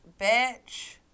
bitch